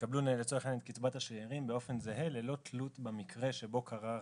יקבלו לצורך העניין את קצבת השארים באופן זהה ללא תלות במקרה שבו קרה,